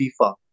FIFA